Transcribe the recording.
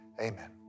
Amen